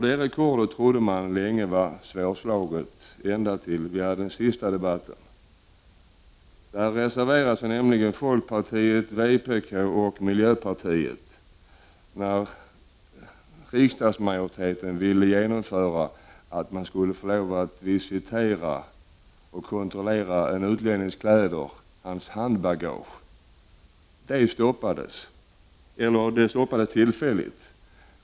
Det rekordet trodde man länge var svårslaget — ända till den sista debatten. Där reserverade sig nämligen folkpartiet, vpk och miljöpartiet när riksdagsmajoriteten ville genomföra att man skulle få lov att visitera och kontrollera en utlännings kläder och handbagage. Detta stoppades — åtminstone tillfälligt.